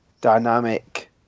dynamic